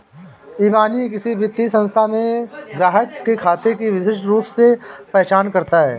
इबानी किसी वित्तीय संस्थान में ग्राहक के खाते की विशिष्ट रूप से पहचान करता है